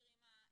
במקרים הפרטיים,